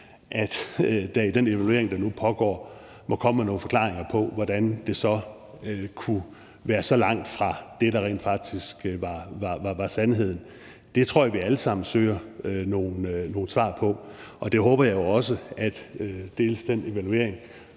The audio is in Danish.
at der i den evaluering, der nu pågår, må komme nogle forklaringer på, hvordan det kunne være så langt fra det, der rent faktisk var sandheden. Det tror jeg vi alle sammen søger nogle svar på, og jeg håber jo også, at dels den evaluering,